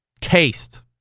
taste